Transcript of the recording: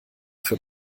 für